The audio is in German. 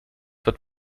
wird